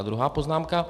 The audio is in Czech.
A druhá poznámka.